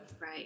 right